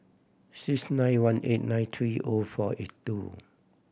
six nine one eight nine three O four eight two